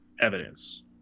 evidence